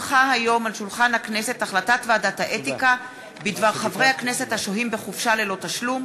החלטת ועדת האתיקה בדבר חברי הכנסת השוהים בחופשה ללא תשלום,